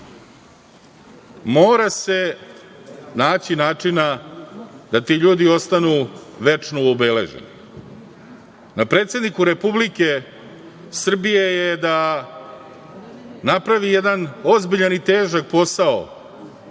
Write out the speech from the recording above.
Mora se naći načina da ti ljudi ostanu večno obeleženi. Na predsedniku Republike Srbije je da napravi jedan ozbiljan i težak posao